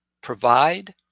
provide